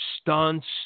stunts